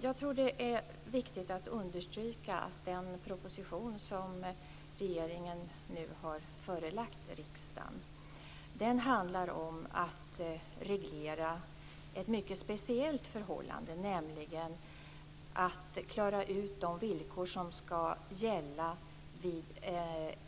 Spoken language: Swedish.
Fru talman! Det är viktigt att understryka att den proposition som regeringen nu har förelagt riksdagen handlar om att reglera ett mycket speciellt förhållande, nämligen att klara ut de villkor som ska gälla vid